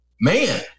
man